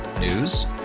News